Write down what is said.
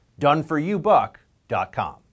doneforyoubuck.com